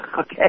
Okay